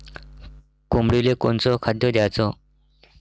कोंबडीले कोनच खाद्य द्याच?